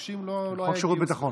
המוקשים לא הגיעו בכלל.